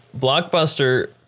blockbuster